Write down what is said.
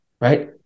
right